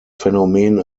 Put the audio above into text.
phänomen